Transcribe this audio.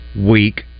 Week